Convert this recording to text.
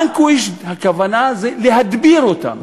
vanquished, הכוונה היא להדביר אותם.